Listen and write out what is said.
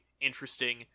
interesting